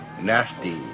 Nasty